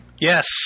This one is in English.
Yes